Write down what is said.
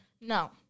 No